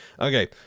Okay